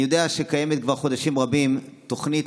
אני יודע שקיימת כבר חודשים רבים תוכנית